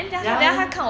ya ya